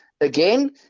again